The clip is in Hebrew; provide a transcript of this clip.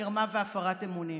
מרמה והפרת אמונים.